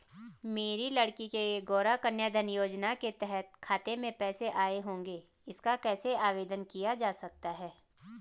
मेरी लड़की के गौंरा कन्याधन योजना के तहत खाते में पैसे आए होंगे इसका कैसे आवेदन किया जा सकता है?